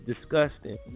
disgusting